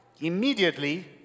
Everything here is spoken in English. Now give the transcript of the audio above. Immediately